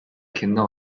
kinder